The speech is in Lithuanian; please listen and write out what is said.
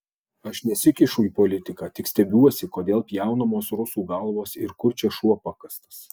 aš nesikišu į politiką tik stebiuosi kodėl pjaunamos rusų galvos ir kur čia šuo pakastas